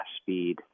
speed